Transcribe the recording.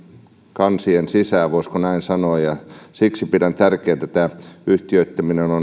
kansien sisään voisiko näin sanoa ja siksi pidän tätä tärkeänä ja tämä yhtiöittäminen on